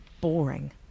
boring